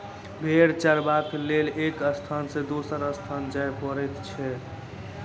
भेंड़ चरयबाक लेल एक स्थान सॅ दोसर स्थान जाय पड़ैत छै